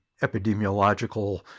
epidemiological